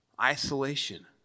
isolation